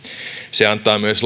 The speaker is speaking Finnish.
se myös